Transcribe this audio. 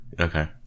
Okay